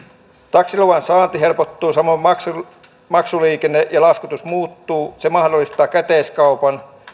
taksiluvan saanti helpottuu samoin maksuliikenne ja laskutus muuttuvat se mahdollistaa käteiskaupan